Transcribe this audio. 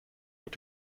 wird